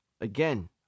Again